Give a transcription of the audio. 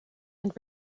and